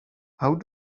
how